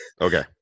Okay